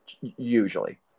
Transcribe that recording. usually